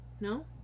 no